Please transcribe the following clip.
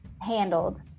handled